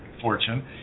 fortune